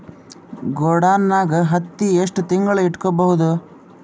ಗೊಡಾನ ನಾಗ್ ಹತ್ತಿ ಎಷ್ಟು ತಿಂಗಳ ಇಟ್ಕೊ ಬಹುದು?